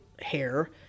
hair